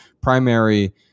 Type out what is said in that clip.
primary